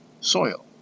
soil